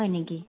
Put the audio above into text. হয় নেকি